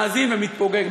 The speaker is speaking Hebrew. מאזין ומתמוגג,